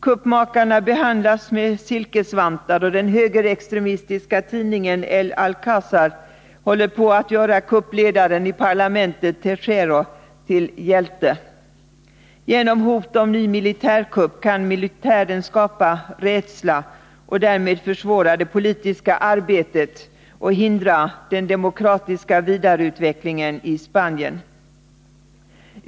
Kuppmakarna behandlas med silkesvantar, och den högerextremistiska tidningen El Alcåzar håller på att göra upprorsledaren i parlamentet, Tejero, till hjälte. Genom hot om ny militärkupp kan militären skapa rädsla och därmed försvåra det politiska arbetet och hindra den demokratiska vidareutvecklingen i Spanien.